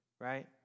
right